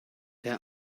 herr